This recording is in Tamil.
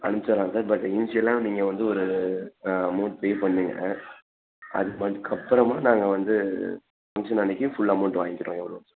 அனுப்பிச்சடலாம் சார் பட் இனிஷியலாக நீங்கள் வந்து ஒரு அமௌண்ட் பே பண்ணுங்கள் அதுக்கு அதுக்கு அப்பறமாக நாங்கள் வந்து ஃபங்க்ஷன் அன்னைக்கு ஃபுல் அமௌண்ட் வாங்கிக்கிறோங்க